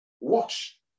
watch